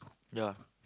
yeah